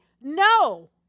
no